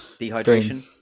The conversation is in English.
Dehydration